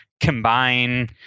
combine